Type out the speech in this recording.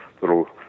little